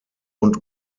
und